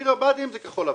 עיר הבה"דים זה כחול-לבן.